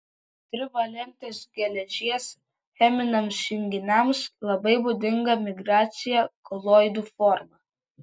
trivalentės geležies cheminiams junginiams labai būdinga migracija koloidų forma